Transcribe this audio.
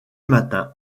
matin